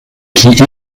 qui